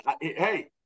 Hey